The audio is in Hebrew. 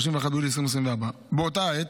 31 ביולי 2024. באותה העת,